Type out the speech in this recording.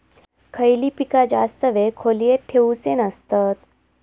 खयली पीका जास्त वेळ खोल्येत ठेवूचे नसतत?